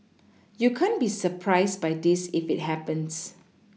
you can't be surprised by this if it happens